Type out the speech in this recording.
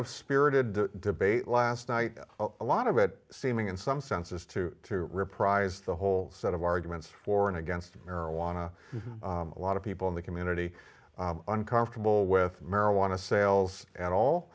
of spirited debate last night a lot of it seeming in some senses to reprise the whole set of arguments for and against marijuana a lot of people in the community uncomfortable with marijuana sales and all